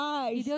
eyes